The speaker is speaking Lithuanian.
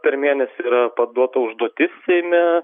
per mėnesį yra paduota užduotis seime